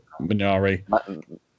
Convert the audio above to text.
Minari